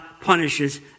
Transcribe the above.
punishes